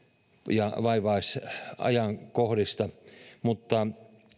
ja vaivaisajankohdista mutta